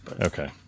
Okay